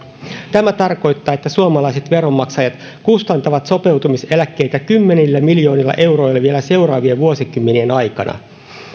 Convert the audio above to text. tämä tarkoittaa että suomalaiset veronmaksajat kustantavat sopeutumiseläkkeitä kymmenillä miljoonilla euroilla vielä seuraavien vuosikymmenien aikana